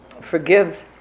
forgive